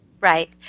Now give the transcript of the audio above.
Right